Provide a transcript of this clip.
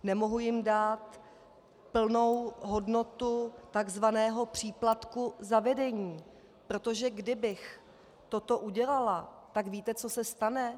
Nemohu jim dát plnou hodnotu takzvaného příplatku za vedení, protože kdybych toto udělala, tak víte, co se stane?